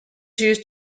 used